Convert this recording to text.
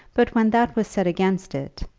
but when that was said against it,